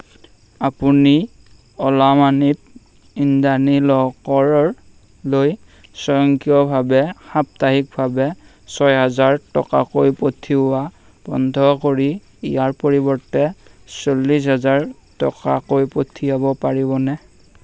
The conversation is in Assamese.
আপুনি অ'লা মানিত ইন্দ্ৰাণী লহকৰলৈ স্বয়ংক্ৰিয়ভাৱে সাপ্তাহিকভাৱে ছয় হাজাৰ টকাকৈ পঠিওৱা বন্ধ কৰি ইয়াৰ পৰিৱৰ্তে চল্লিছ হাজাৰ টকাকৈ পঠিয়াব পাৰিবনে